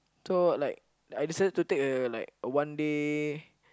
so like I decided to take a like a one day